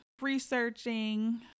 researching